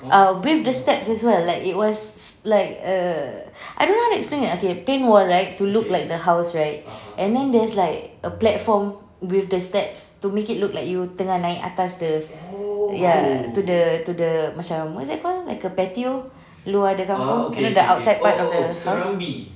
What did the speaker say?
err with the steps as well like it was like err I don't know how to explain ah okay paint wall right to look like the house right and there's like a platform with the steps to make it look like you tengah naik atas the ya to the to the macam what's that call like a patio luar the kampung like outside part of the house